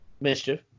mischief